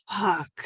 fuck